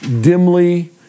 dimly